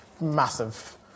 massive